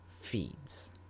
feeds